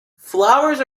flowers